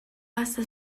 vasta